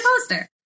poster